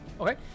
Okay